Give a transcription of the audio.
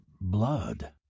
blood